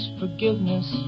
forgiveness